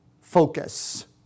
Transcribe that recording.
focus